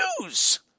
news